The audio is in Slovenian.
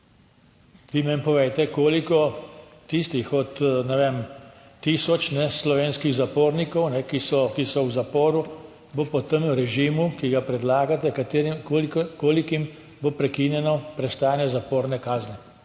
Vi meni povejte, koliko tistih od, ne vem, tisoč slovenskih zapornikov, ki so v zaporu, bo po tem režimu, ki ga predlagate, katerim, kolikim bo prekinjeno prestajanje zaporne kazni?